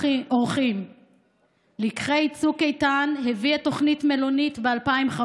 אורחים"; לקחי צוק איתן הביאו את תוכנית "מלונית" ב-2015.